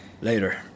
Later